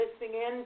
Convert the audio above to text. listening